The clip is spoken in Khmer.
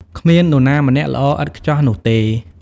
គ្មាននរណាម្នាក់ល្អឥតខ្ចោះនោះទេ។